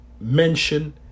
mention